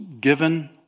given